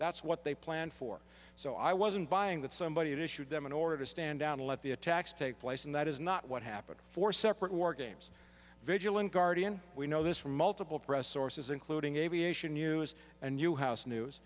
that's what they plan for so i wasn't buying that somebody to shoot them in order to stand down and let the attacks take place and that is not what happened four separate war games vigilant guardian we know this from multiple press sources including aviation news and you house news